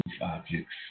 objects